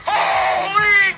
Holy